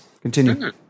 Continue